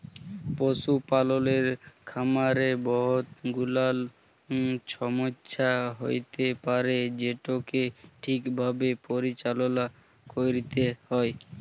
পশুপালকের খামারে বহুত গুলাল ছমচ্যা হ্যইতে পারে যেটকে ঠিকভাবে পরিচাললা ক্যইরতে হ্যয়